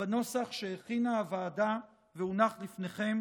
בנוסח שהכינה הוועדה והונח בפניכם.